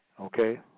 Okay